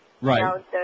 Right